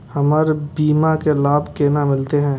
हमर बीमा के लाभ केना मिलते?